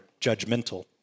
judgmental